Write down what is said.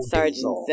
Sergeant